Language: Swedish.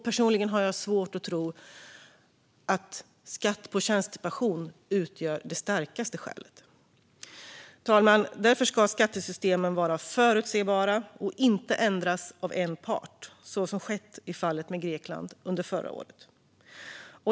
Personligen har jag svårt att tro att skatt på tjänstepension utgör det starkaste skälet. Därför, fru talman, ska skattesystemen var förutsebara och inte ändras av en part, såsom skedde i fallet med Grekland under förra året.